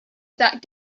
exact